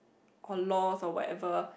or laws or whatever